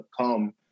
come